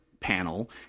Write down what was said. panel